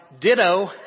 Ditto